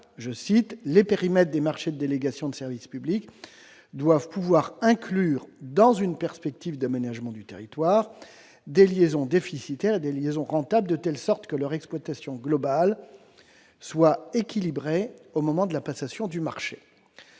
que « les périmètres des marchés de délégation de service public doivent pouvoir inclure, dans une perspective d'aménagement du territoire, des liaisons déficitaires et des liaisons rentables de telle sorte que leur exploitation globale soit équilibrée au moment de la passation du marché ».